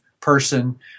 person